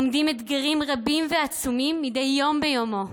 עומדים אתגרים רבים ועצומים מדי יום ביומו.